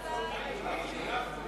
התש"ע 2010,